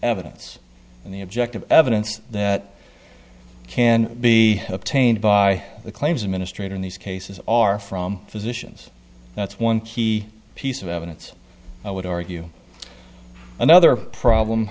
evidence and the objective evidence that can be obtained by the claims administrator in these cases are from physicians that's one key piece of evidence i would argue another problem